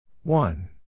One